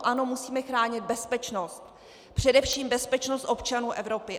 Ano, musíme chránit bezpečnost, především bezpečnost občanů Evropy.